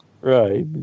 Right